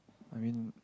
I mean